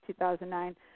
2009